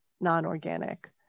non-organic